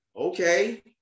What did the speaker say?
okay